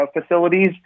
facilities –